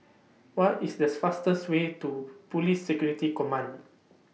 What IS The fastest Way to Police Security Command